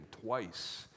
twice